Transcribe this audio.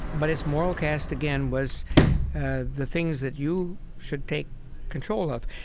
but its moral cast, again, was the things that you should take control of.